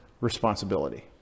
responsibility